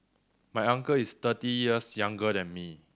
my uncle is thirty years younger than me